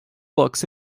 books